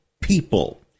people